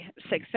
success